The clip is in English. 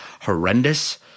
horrendous